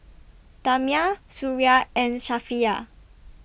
Damia Suria and Safiya